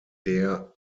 der